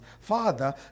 father